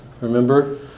Remember